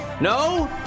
No